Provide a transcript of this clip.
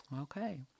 Okay